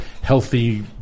healthy